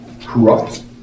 corrupt